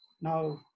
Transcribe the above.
Now